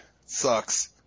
Sucks